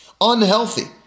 unhealthy